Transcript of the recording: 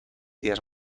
días